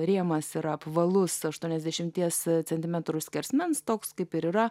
rėmas yra apvalus aštuoniasdešimties centimetrų skersmens toks kaip ir yra